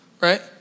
right